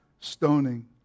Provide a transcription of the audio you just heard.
Stoning